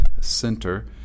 center